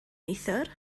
neithiwr